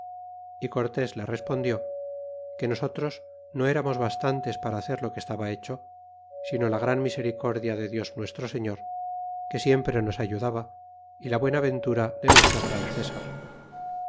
y cortés le respondió que nosotros no d'amos bastantes para hacer lo que estaba hecho sino la gran misericordia de dios nuestro señor que siempre nos ayudaba y la buena ventura de nuestro gran